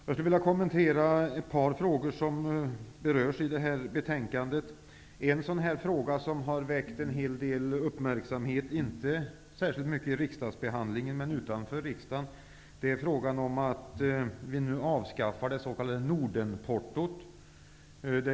Jag skulle vilja kommentera ett par frågor som berörs i det här betänkandet. En fråga som har väckt en hel del uppmärksamhet -- inte i riksdagsbehandlingen, utan utanför riksdagen -- är frågan om avskaffandet av det s.k. Nordenportot.